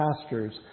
pastures